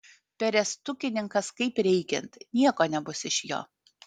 perestukininkas kaip reikiant nieko nebus iš jo